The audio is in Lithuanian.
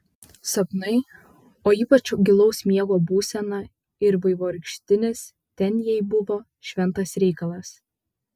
sapnai o ypač gilaus miego būsena ir vaivorykštinis ten jai buvo šventas reikalas